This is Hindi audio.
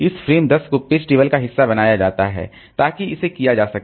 इस फ्रेम 10 को पेज टेबल का हिस्सा बनाया जाता है ताकि इसे किया जा सके